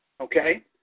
okay